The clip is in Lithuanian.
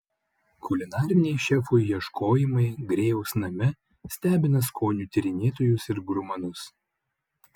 kulinariniai šefų ieškojimai grėjaus name stebina skonių tyrinėtojus ir gurmanus